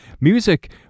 music